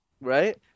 right